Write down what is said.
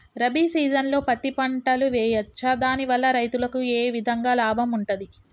రబీ సీజన్లో పత్తి పంటలు వేయచ్చా దాని వల్ల రైతులకు ఏ విధంగా లాభం ఉంటది?